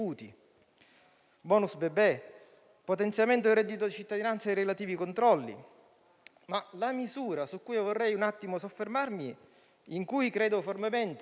*bonus* bebè, il potenziamento del reddito di cittadinanza e dei relativi controlli. La misura su cui vorrei soffermarmi, in cui credo fortemente